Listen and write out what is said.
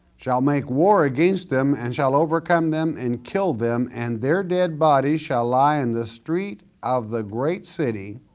shall make war against them and shall overcome them and kill them and their dead bodies shall lie in the street of the great city